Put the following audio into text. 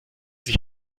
sich